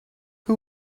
who